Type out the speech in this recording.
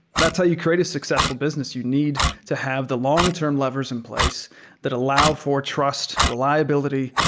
that's how you create a successful business. you need to have the long-term levers in place that allow for trust, reliability,